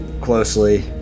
closely